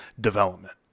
development